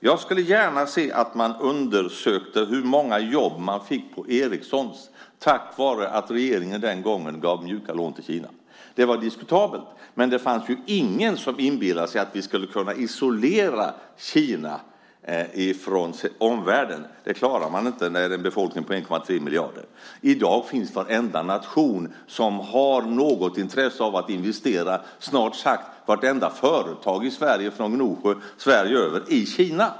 Jag skulle gärna se att man undersökte hur många jobb man fick på Ericsson tack vare att regeringen den gången gav mjuka lån till Kina. Det var diskutabelt, men det fanns ingen som inbillade sig att vi skulle kunna isolera Kina från omvärlden. Det klarar man inte när befolkningen är 1,3 miljarder. I dag finns varenda nation som har något som helst intresse av att investera där. Snart sagt vartenda företag i Sverige är intresserat av Kina.